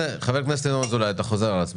חבר הכנסת ינון אזולאי, אתה חוזר על עצמך.